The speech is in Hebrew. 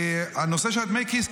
בנושא של דמי הכיס,